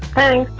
thank